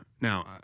now